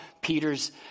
Peter's